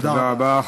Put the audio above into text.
תודה רבה.